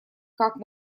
как